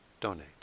donate